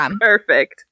perfect